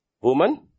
woman